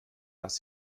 dass